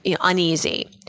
uneasy